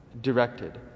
directed